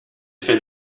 faits